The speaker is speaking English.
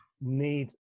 need